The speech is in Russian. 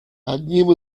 одним